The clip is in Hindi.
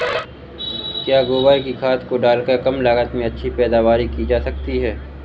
क्या गोबर की खाद को डालकर कम लागत में अच्छी पैदावारी की जा सकती है?